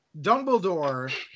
Dumbledore